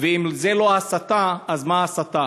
ואם זה לא הסתה, אז מה הסתה?